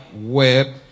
Web